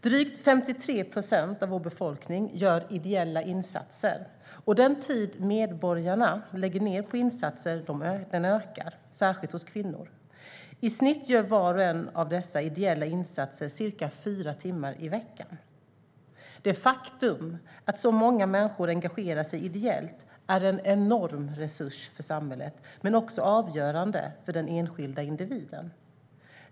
Drygt 53 procent av befolkningen gör ideella insatser, och den tid medborgarna lägger ned på insatser ökar, särskilt hos kvinnor. I snitt gör var och en av dessa ideella insatser ca 4 timmar i veckan. Det faktum att så många människor engagerar sig ideellt är en enorm resurs för samhället men också avgörande för den enskilda individen.